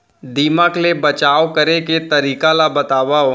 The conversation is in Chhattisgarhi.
दीमक ले बचाव करे के तरीका ला बतावव?